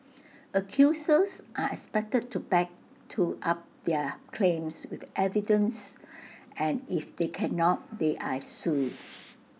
accusers are expected to back to up their claims with evidence and if they cannot they are sued